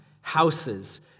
houses